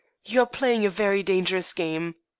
you are playing a very dangerous game.